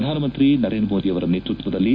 ಪ್ರಧಾನಮಂತ್ರಿ ನರೇಂದ್ರ ಮೋದಿಯವರ ನೇತೃತ್ವದಲ್ಲಿ